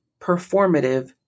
performative